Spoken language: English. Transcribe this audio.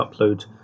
upload